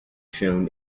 shown